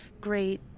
great